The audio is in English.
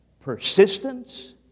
persistence